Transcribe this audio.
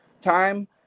time